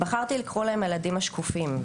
בחרתי לקרוא להם "הילדים השקופים",